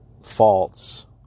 false